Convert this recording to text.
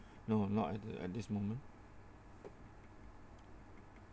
no not at at this moment